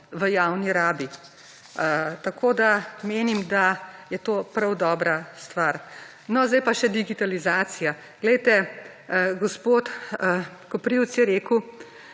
v javni rabi. Tako da menim, da je to prav dobra stvar. Sedaj pa še digitalizacija. Gospod Koprivc je rekel,